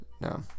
No